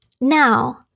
now